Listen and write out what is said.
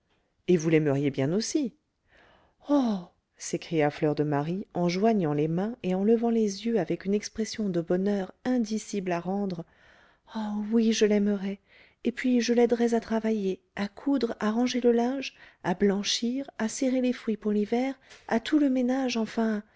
et vous l'aimeriez bien aussi oh s'écria fleur de marie en joignant les mains et en levant les yeux avec une expression de bonheur indicible à rendre oh oui je l'aimerais et puis je l'aiderais à travailler à coudre à ranger le linge à blanchir à serrer les fruits pour l'hiver à tout le ménage enfin